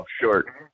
short